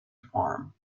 farm